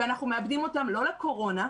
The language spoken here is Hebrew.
ואנחנו מאבדים אותם לא לקורונה,